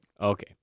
Okay